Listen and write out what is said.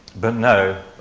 but no,